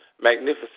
Magnificent